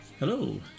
Hello